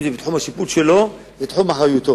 אם זה בתחום השיפוט שלו, זה בתחום אחריותו.